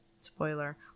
Spoiler